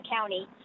County